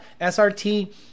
SRT